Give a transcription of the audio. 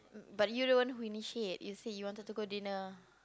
but you're the one who initiate you said you wanted to go dinner